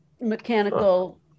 mechanical